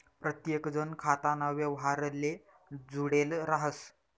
प्रत्येकजण खाताना व्यवहारले जुडेल राहस